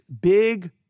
big